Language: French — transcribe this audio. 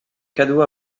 cadeau